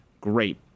great